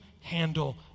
handle